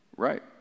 Right